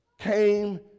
came